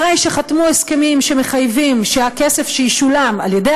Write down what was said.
אחרי שחתמו הסכמים שמחייבים שהכסף שישולם על-ידי